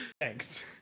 Thanks